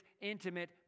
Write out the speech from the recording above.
intimate